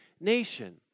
nation